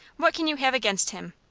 what can you have against him?